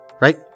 right